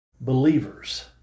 believers